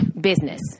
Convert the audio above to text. business